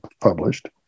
published